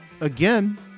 again